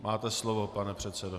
Máte slovo, pane předsedo.